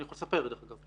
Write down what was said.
אני יכול לספר דרך אגב.